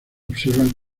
observan